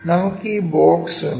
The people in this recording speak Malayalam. നമുക്ക് ഈ ബോക്സ് ഉണ്ട്